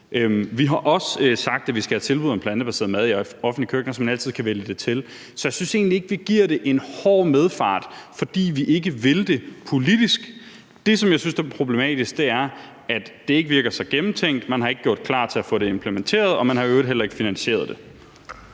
Vi har også sagt, at vi skal have tilbud om plantebaseret mad i offentlige køkkener, så man altid kan vælge det til. Så jeg synes egentlig ikke, at vi giver det en hård medfart, fordi vi ikke vil det politisk. Det, som jeg synes er problematisk, er, at det ikke virker så gennemtænkt. Man har ikke gjort klar til at få det implementeret, og man har i øvrigt heller ikke finansieret det.